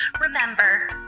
Remember